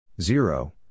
Zero